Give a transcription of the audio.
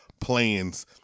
plans